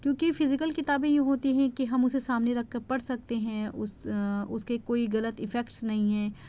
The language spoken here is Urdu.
کیوں کہ فزیکل کتابیں یہ ہوتی ہیں کہ ہم اسے سامنے رکھ کر پڑھ سکتے ہیں اس کے کوئی غلط افیکٹس نہیں ہیں